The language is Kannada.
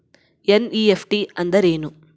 ಎನ್.ಇ.ಎಫ್.ಟಿ ಅಂದ್ರೆನು?